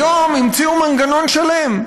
היום המציאו מנגנון שלם.